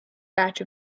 batch